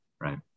right